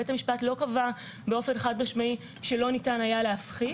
בית המשפט לא קבע באופן חד-משמעי שלא ניתן היה להפחית